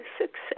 success